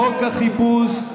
חוק החיפוש,